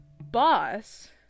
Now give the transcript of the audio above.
boss